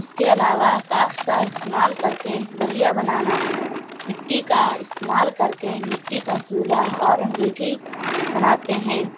اس کے علاوہ کاس کا استمال کرکے ڈلیا بنانا مٹی کا استمال کر کے مٹی کا چولہا اور انگیٹھی بناتے ہیں